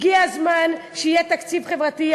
הגיע הזמן שיהיה תקציב חברתי.